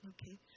Okay